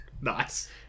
Nice